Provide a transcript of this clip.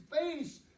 face